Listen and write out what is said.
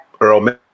Earl